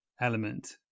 element